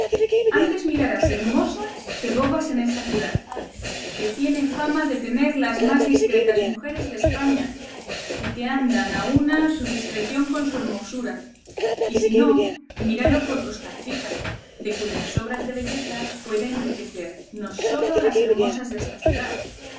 antes mirarás hermosas que bobas en esta ciudad que tiene fama de tener las más discretas mujeres de españa y que andan a una su discreción con su hermosura y si no míralo por costancica de cuyas sobras de belleza puede enriquecer no sólo a las hermosas desta ciudad